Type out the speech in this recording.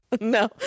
No